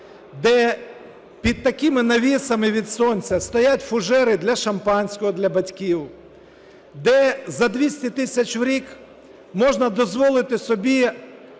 де під такими навісами від сонця стоять фужери для шампанського для батьків, де за 200 тисяч в рік можна дозволити собі